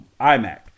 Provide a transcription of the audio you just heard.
iMac